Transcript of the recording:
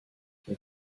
but